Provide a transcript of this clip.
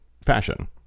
fashion